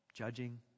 judging